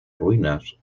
ruinas